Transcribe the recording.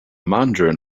mandarin